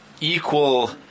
equal